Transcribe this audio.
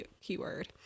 keyword